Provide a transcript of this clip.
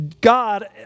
God